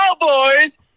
Cowboys